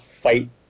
fight